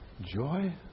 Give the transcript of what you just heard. joy